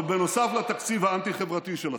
אבל נוסף לתקציב האנטי-חברתי שלכם,